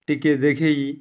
ଟିକେ ଦେଖେଇ